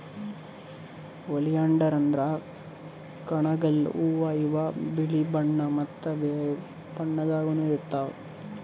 oleander ಅಂದ್ರ ಕಣಗಿಲ್ ಹೂವಾ ಇವ್ ಬಿಳಿ ಬಣ್ಣಾ ಮತ್ತ್ ಬ್ಯಾರೆ ಬಣ್ಣದಾಗನೂ ಇರ್ತವ್